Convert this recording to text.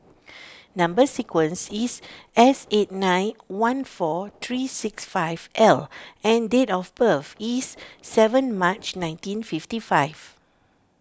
Number Sequence is S eight nine one four three six five L and date of birth is seven March nineteen fifty five